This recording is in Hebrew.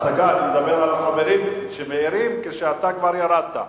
אני מדבר על החברים שמעירים כשאתה כבר ירדת.